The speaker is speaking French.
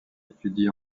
étudie